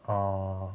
err